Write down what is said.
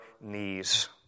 knees